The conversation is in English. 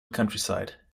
countryside